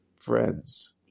friends